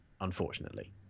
Unfortunately